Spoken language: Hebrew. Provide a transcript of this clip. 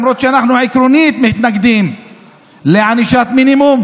למרות שאנחנו עקרונית מתנגדים לענישת מינימום,